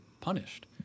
punished